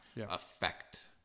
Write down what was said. effect